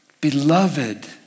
beloved